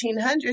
1800s